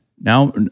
Now